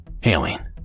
hailing